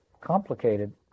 complicated